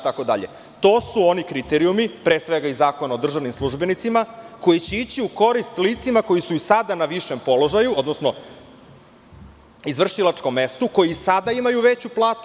To su oni kriterijumi, pre svega iz Zakona o državnim službenicima, koji će ići u korist licima koja su i sada na višem položaju, odnosno izvršilačkom mestu, koji i sada imaju veću platu.